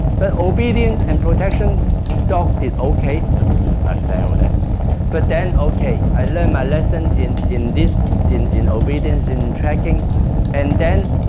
but obedience and protection dog did okay, but i failed but but then okay i learned my lesson in in this in in obedience and tracking and then